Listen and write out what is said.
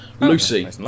Lucy